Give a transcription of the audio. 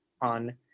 on